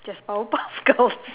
just power puff girls